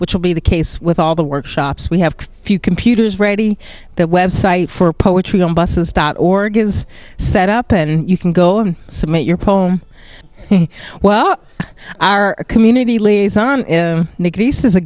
which will be the case with all the workshops we have a few computers ready that website for poetry on buses dot org is set up and you can go and submit your poem well our community liaison nick reese is a